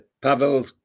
Pavel